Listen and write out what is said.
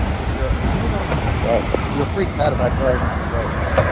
if you're out on a date, if you're freaked out about going on dates,